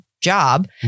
job